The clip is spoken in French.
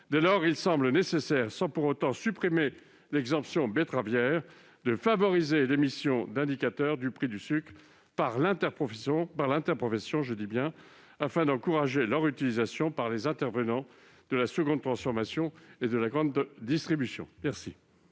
Dès lors, il semble nécessaire, sans pour autant supprimer l'exemption betteravière, de favoriser l'émission d'indicateurs du prix du sucre par l'interprofession afin d'encourager leur utilisation par les intervenants de la seconde transformation et de la grande distribution. Quel